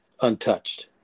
untouched